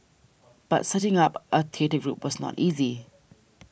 but setting up a theatre group was not easy